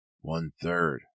One-third